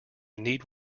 need